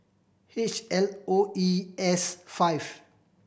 H L O E S five